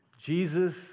Jesus